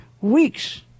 weeks